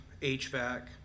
HVAC